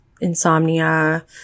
insomnia